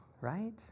right